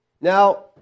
Now